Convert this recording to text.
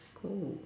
cool